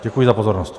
Děkuji za pozornost.